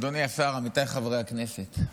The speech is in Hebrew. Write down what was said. אדוני השר, עמיתיי חברי הכנסת,